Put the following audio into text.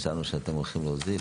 חשבנו שאתם הולכים להוזיל.